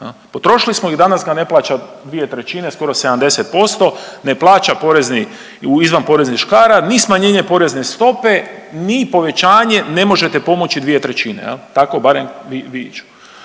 potrošili smo ih danas kad ne plaća 2/3, skoro 70% ne plaća porezni, izvan poreznih škara, ni smanjenje porezne stope, ni povećanje ne možete pomoći 2/3 jel, tako barem vi…,